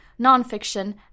nonfiction